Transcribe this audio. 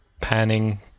panning